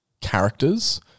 characters